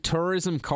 Tourism